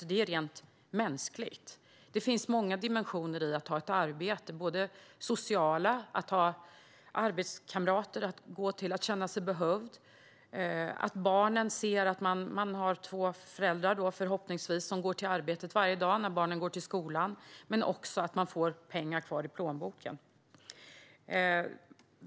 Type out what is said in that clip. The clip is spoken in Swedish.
Det är rent mänskligt. Det finns många dimensioner i att ha ett arbete, exempelvis den sociala dimensionen att ha arbetskamrater och känna sig behövd och att barnen, som förhoppningsvis har två föräldrar, ser att föräldrarna går till arbetet varje dag när de går till skolan. Men det handlar också om att man får pengar kvar i plånboken.